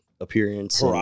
appearance